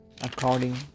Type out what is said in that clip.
according